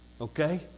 Okay